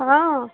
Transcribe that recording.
ହଁ